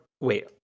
Wait